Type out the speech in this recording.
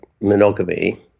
monogamy